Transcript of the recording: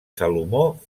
salomó